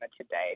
today